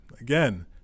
again